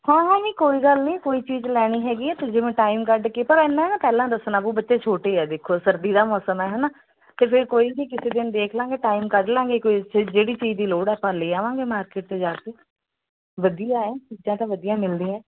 ਹਾਂ ਹਾਂ ਨਹੀਂ ਕੋਈ ਗੱਲ ਨਹੀਂ ਕੋਈ ਚੀਜ਼ ਲੈਣੀ ਹੈਗੀ ਤਾਂ ਜਿਵੇਂ ਟਾਈਮ ਕੱਢ ਕੇ ਪਰ ਇੰਨਾ ਨਾ ਪਹਿਲਾਂ ਦੱਸਣਾ ਪਊ ਬੱਚੇ ਛੋਟੇ ਆ ਦੇਖੋ ਸਰਦੀ ਦਾ ਮੌਸਮ ਆ ਹੈ ਨਾ ਅਤੇ ਫਿਰ ਕੋਈ ਨਹੀਂ ਕਿਸੇ ਦਿਨ ਦੇਖ ਲਵਾਂਗੇ ਟਾਈਮ ਕੱਢ ਲਵਾਂਗੇ ਕੋਈ ਇੱਥੇ ਜਿਹੜੀ ਚੀਜ਼ ਦੀ ਲੋੜ ਹੈ ਆਪਾਂ ਲੈ ਆਵਾਂਗੇ ਮਾਰਕੀਟ 'ਚ ਜਾ ਕੇ ਵਧੀਆ ਹੈ ਚੀਜ਼ਾਂ ਤਾਂ ਵਧੀਆ ਮਿਲਦੀਆਂ